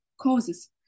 causes